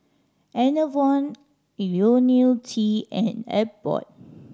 Enervon Ionil T and Abbott